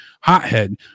hothead